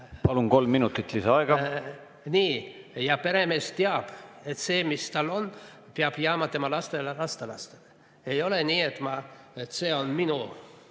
Palun, kolm minutit lisaaega! Nii. Peremees teab, et see, mis tal on, peab jääma tema lastele ja lastelastele. Ei ole nii, ütleme, et see on minu